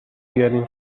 بیارین